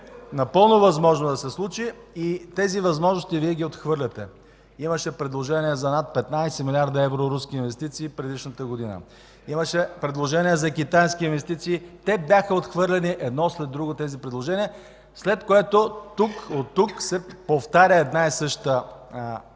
напълно възможно да се случи и тези възможности Вие ги отхвърляте. Имаше предложение за над 15 милиарда евро руски инвестиции предишната година. Имаше предложение за китайски инвестиции. Тези предложения бяха отхвърляни едно след друго, след което от тук се повтаря една и съща лъжа